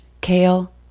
kale